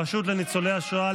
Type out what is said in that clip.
הרשות לניצולי השואה,